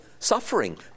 suffering